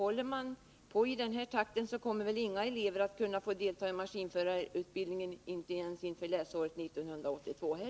Håller regeringen på i den här takten kommer väl inga elever att få delta i maskinförarutbildningen ens under läsåret 1981/82.